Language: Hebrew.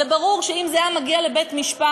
ברור שאם זה היה מגיע לבית-משפט,